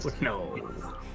No